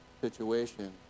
situation